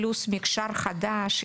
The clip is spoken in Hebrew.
פלוס מקשר חדש.